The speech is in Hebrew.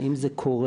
אם זה קורה,